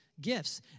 gifts